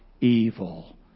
Evil